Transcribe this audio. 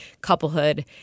couplehood